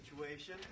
situation